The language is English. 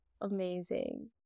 amazing